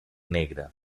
negra